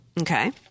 Okay